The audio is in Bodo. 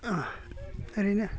ओरैनो